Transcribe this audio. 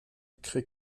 crée